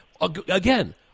again